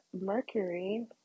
Mercury